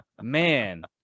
man